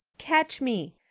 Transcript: catch me!